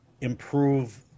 improve